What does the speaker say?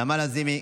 נעמה לזימי,